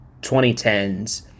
2010s